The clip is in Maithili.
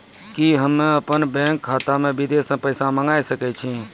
कि होम अपन बैंक खाता मे विदेश से पैसा मंगाय सकै छी?